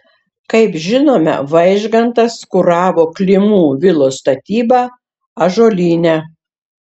kaip žinome vaižgantas kuravo klimų vilos statybą ąžuolyne